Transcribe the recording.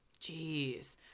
Jeez